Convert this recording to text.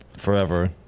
forever